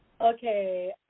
Okay